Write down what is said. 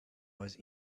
was